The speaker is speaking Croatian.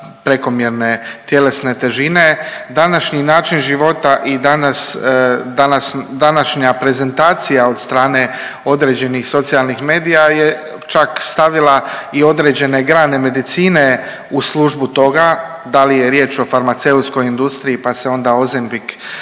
prekomjerne tjelesne težine. Današnji način života i danas i današnja prezentacija od strane određenih socijalnih medija je čak stavila i određene grane medicine u službu toga. Da li je riječ o farmaceutskoj industriji pa se onda Ozembic